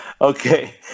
Okay